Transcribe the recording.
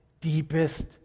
deepest